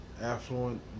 affluent